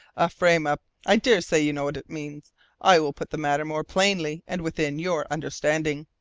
a frame up. i dare say you know what it means i will put the matter more plainly and within your understanding.